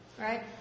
right